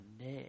neck